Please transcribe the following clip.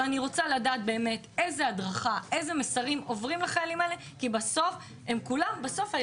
אני רוצה לדעת מה נעשה גם מול הפרות הסדר